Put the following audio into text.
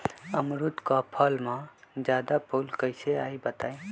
अमरुद क फल म जादा फूल कईसे आई बताई?